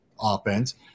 offense